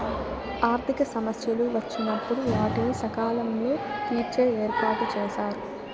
ఆర్థిక సమస్యలు వచ్చినప్పుడు వాటిని సకాలంలో తీర్చే ఏర్పాటుచేశారు